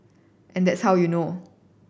and that's how you know